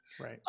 Right